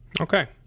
Okay